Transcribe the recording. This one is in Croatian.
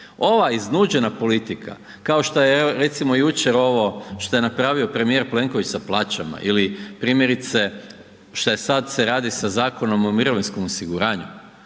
Ova iznuđena politika, kao što je recimo jučer ovo što je napravio premijer Plenković sa plaćama ili primjerice šta je sad se radi sa Zakonom o mirovinskom osiguranju,